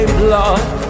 blood